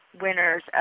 winners